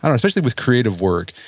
um especially with creative work,